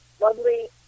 lovely